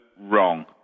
wrong